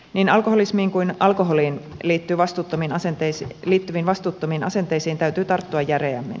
niin alkoholismiin kuin alkoholiin liittyviin vastuuttomiin asenteisiin täytyy tarttua järeämmin